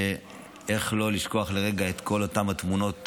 ואיך לא לשכוח לרגע את כל אותן התמונות